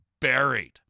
buried